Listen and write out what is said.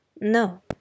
No